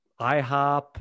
IHOP